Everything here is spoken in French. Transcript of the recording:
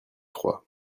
froid